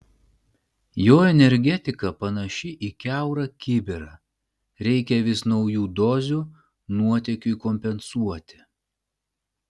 jo energetika panaši į kiaurą kibirą reikia vis naujų dozių nuotėkiui kompensuoti